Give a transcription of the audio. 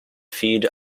feed